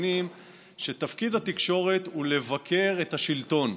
מבינים שתפקיד התקשורת הוא לבקר את השלטון,